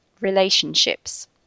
relationships